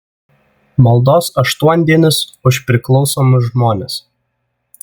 maldos aštuondienis už priklausomus žmones